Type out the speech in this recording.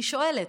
אני שואלת,